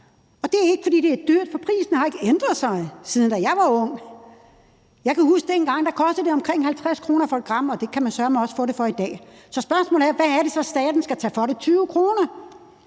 Og det er ikke, fordi det er dyrt, for prisen har også ændret sig, siden jeg var ung. Jeg kan huske, at det engang kostede omkring 50 kr. for 1 gram, og det kan man sørme også få det for i dag. Så spørgsmålet er, hvad det så er, staten skal tage for det – 20 kr.?